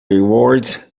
rewards